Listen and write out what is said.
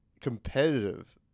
competitive